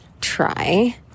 try